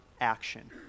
action